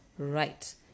right